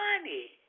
money